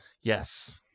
Yes